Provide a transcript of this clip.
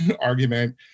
argument